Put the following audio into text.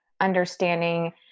understanding